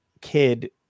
kid